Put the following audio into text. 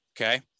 okay